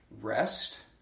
rest